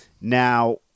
Now